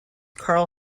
karl